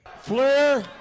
Flair